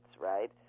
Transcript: right